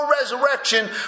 resurrection